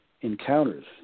encounters